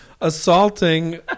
assaulting